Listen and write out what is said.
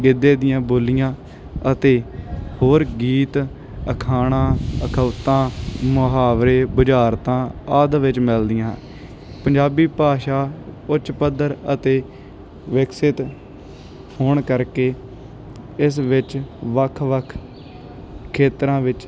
ਗਿੱਧੇ ਦੀਆਂ ਬੋਲੀਆਂ ਅਤੇ ਹੋਰ ਗੀਤ ਅਖਾਣਾਂ ਅਖੌਤਾਂ ਮੁਹਾਵਰੇ ਬੁਝਾਰਤਾਂ ਆਦਿ ਵਿੱਚ ਮਿਲਦੀਆਂ ਪੰਜਾਬੀ ਭਾਸ਼ਾ ਉੱਚ ਪੱਧਰ ਅਤੇ ਵਿਕਸਿਤ ਹੋਣ ਕਰਕੇ ਇਸ ਵਿੱਚ ਵੱਖ ਵੱਖ ਖੇਤਰਾਂ ਵਿੱਚ